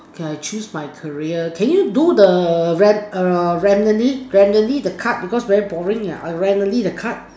okay I choose my career can you do the ran~ err randomly randomly the cards because very boring ya err randomly the cards